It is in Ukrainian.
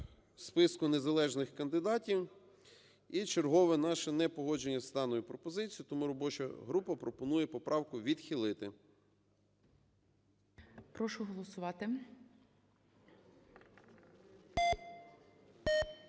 списку незалежних кандидатів і чергове наше непогодження стану і пропозиції. Тому робоча група пропонує поправку відхилити.